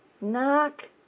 Knock